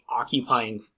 occupying